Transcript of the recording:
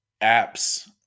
apps